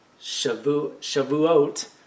Shavuot